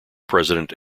president